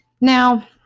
Now